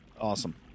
Awesome